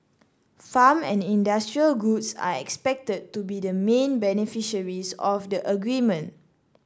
farm and industrial goods are expected to be the main beneficiaries of the agreement